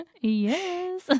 Yes